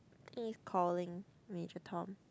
think is calling Major Tom